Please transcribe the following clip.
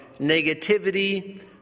negativity